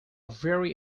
very